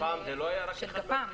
ופעם זה לא היה רק אחד מהרכיבים?